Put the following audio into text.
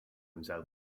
himself